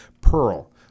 Pearl